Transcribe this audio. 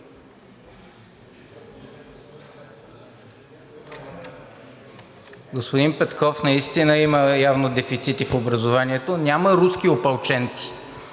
Господин Петков наистина явно има дефицити в образованието. Няма руски опълченци,